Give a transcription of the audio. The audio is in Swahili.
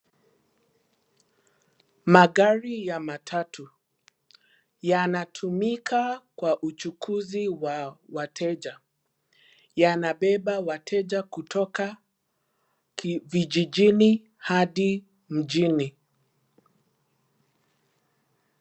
Magari ya matatu yanatumika kwa uchukuzi wa wateja, yanabeba wateja kutoka vijijini hadi mjini.